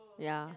ya